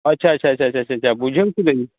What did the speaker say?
ᱟᱪᱪᱷᱟ ᱟᱪᱪᱷᱟ ᱟᱪᱪᱷᱟ ᱟᱪᱪᱷᱟ ᱟᱪᱪᱷᱟ ᱵᱩᱡᱷᱟᱹᱣ ᱠᱤᱫᱟᱹᱧ